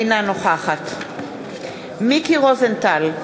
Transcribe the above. אינה נוכחת מיקי רוזנטל,